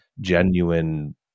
genuine